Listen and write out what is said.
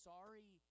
Sorry